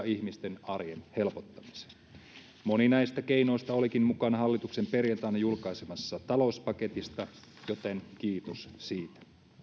ihmisten arjen helpottamiseen moni näistä keinoista olikin mukana hallituksen perjantaina julkaisemassa talouspaketissa joten kiitos siitä